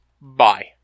bye